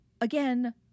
again